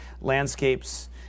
landscapes